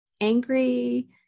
angry